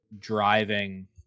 driving